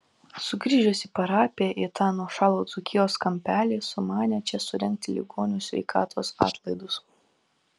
sugrįžęs į parapiją į tą nuošalų dzūkijos kampelį sumanė čia surengti ligonių sveikatos atlaidus